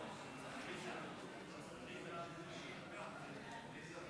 גם לפרוטוקול,